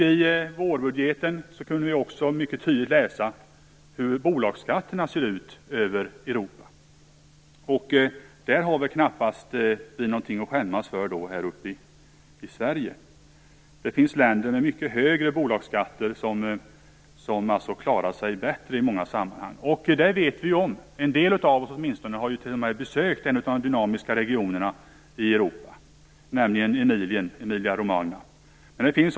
I vårbudgeten kunde vi mycket tydligt läsa hur bolagsskatterna ser ut i Europa. I det avseendet har vi knappast någonting att skämmas för här uppe i Sverige. Det finns länder med mycket högre bolagsskatter som klarar sig bättre i många sammanhang - det vet vi om. Åtminstone en del av oss har t.o.m. besökt en av de dynamiska regionerna i Europa, nämligen Emilien, dvs. Emilia-Romagna.